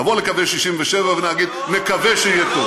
נבוא לקווי 67' ונגיד: נקווה שיהיה טוב.